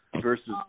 versus